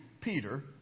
Peter